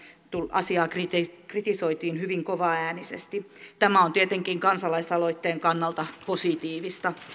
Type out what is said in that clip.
asiaa kritisoitiin hyvin kovaäänisesti tämä on tietenkin kansalaisaloitteen kannalta positiivista